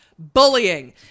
bullying